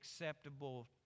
acceptable